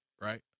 right